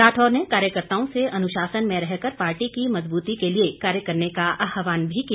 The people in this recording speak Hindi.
राठौर ने कार्यकर्ताओं से अन्शासन में रह कर पार्टी की मजबूती के लिए कार्य करने का आहवान भी किया